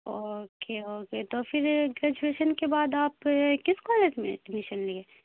okay okay تو پھر graduation کے بعد آپ کس کالج میں ایڈمیشن لیے